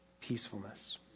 peacefulness